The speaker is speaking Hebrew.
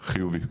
חיובי.